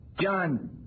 John